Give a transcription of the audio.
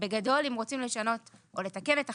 בגדול, אם רוצים לשנות או לתקן את החקיקה,